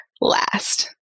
last